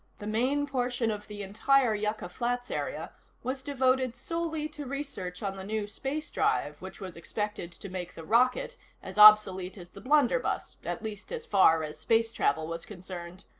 the main portion of the entire yucca flats area was devoted solely to research on the new space drive which was expected to make the rocket as obsolete as the blunderbuss at least as far as space travel was concerned.